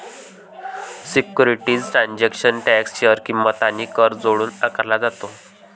securities transaction tax share किंमत आणि कर जोडून आकारला जातो